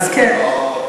אז כן.